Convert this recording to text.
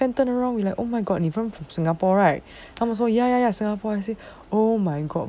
ya then me and my friend turn around like oh my god 你们 from singapore right 他们说 ya ya ya singapore I say oh my god